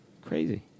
Crazy